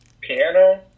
piano